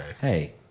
Hey